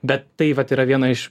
bet tai vat yra viena iš